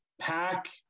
pack